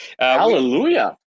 Hallelujah